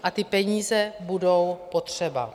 A ty peníze budou potřeba.